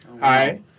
Hi